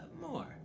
more